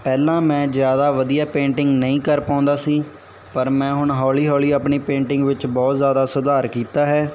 ਪਹਿਲਾਂ ਮੈੈਂ ਜ਼ਿਆਦਾ ਵਧੀਆ ਪੇਂਟਿੰਗ ਨਹੀਂ ਕਰ ਪਾਉਂਦਾ ਸੀ ਪਰ ਮੈਂ ਹੁਣ ਹੌਲੀ ਹੌਲੀ ਆਪਣੀ ਪੇਂਟਿੰਗ ਵਿੱਚ ਬਹੁਤ ਜ਼ਿਆਦਾ ਸੁਧਾਰ ਕੀਤਾ ਹੈ